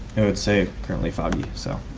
it would say currently foggy, so.